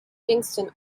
kingston